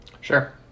Sure